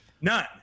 none